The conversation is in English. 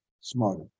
smarter